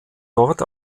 dort